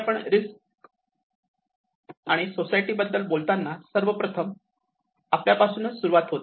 आपण रिस्क आणि सोसायटी बद्दल बोलताना सर्वप्रथम आपल्यापासूनच सुरुवात होते